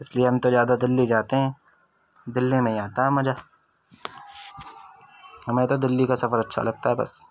اس کے لیے ہم تو زیادہ دلّی جاتے ہیں دلّی میں ہی آتا ہے مزا ہمی تو دلّی کا سفر اچّھا لگتا ہے بس